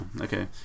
okay